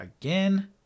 again